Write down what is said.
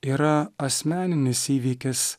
yra asmeninis įvykis